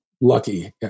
lucky